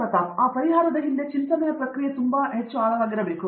ಪ್ರತಾಪ್ ಹರಿಡೋಸ್ ಆ ಪರಿಹಾರದ ಹಿಂದೆ ಚಿಂತನೆಯ ಪ್ರಕ್ರಿಯೆ ತುಂಬಾ ಹೆಚ್ಚು ಆಳವಾಗಿದೆ